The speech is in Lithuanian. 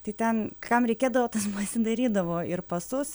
tai ten kam reikėdavo tas pasidairydavo ir pasus